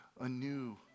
anew